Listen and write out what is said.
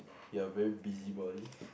you're very busybody